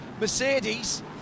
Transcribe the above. Mercedes